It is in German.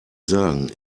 sagen